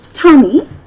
Tommy